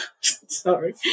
Sorry